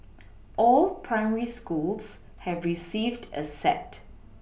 all primary schools have received a set